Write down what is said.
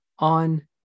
on